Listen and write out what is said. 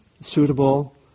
suitable